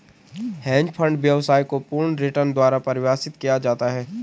hedge fund व्यवसाय को पूर्ण रिटर्न द्वारा परिभाषित किया जाता है